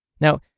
Now